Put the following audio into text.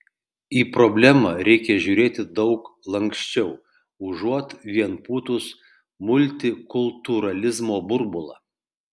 į problemą reikia žiūrėti daug lanksčiau užuot vien pūtus multikultūralizmo burbulą